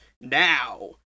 now